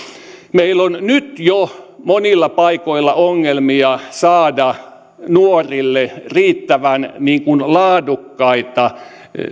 meillä on nyt jo monilla paikoilla ongelmia saada nuorille riittävän laadukkaita